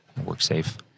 WorkSafe